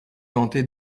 tenté